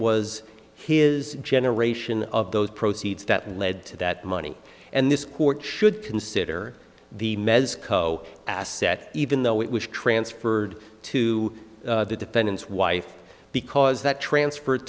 was his generation of those proceeds that lead to that money and this court should consider the meds co asset even though it was transferred to the defendant's wife because that transfer